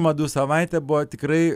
madų savaitė buvo tikrai